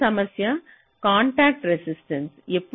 మరొక సమస్య contact resistance